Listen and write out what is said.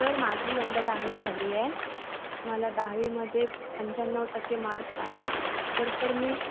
sir माझी यंदा दहावी झाली आहे मला दहावीमध्ये पंच्याण्णव टक्के मार्क्स आहेत तर सर मी